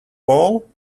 ball